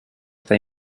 they